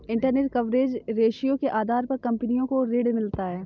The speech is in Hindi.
इंटेरस्ट कवरेज रेश्यो के आधार पर कंपनी को ऋण मिलता है